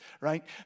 right